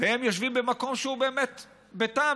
והם יושבים במקום שהוא באמת ביתם,